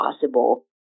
possible